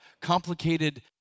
complicated